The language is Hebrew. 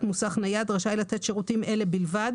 מוסך נייד רשאי לתת שירותים אלה בלבד,